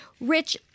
Rich